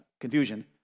confusion